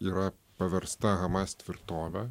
yra paversta hamas tvirtove